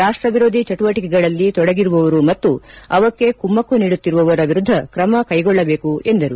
ರಾಷ್ಟ ವಿರೋಧಿ ಚಟುವಟಿಕೆಗಳಲ್ಲಿ ತೊಡಗಿರುವವರು ಮತ್ತು ಅವಕ್ಕೆ ಕುಮ್ಮಕ್ಕು ನೀಡುತ್ತಿರುವವರ ವಿರುದ್ಧ ತ್ರಮ ಕೈಗೊಳ್ಳಬೇಕು ಎಂದರು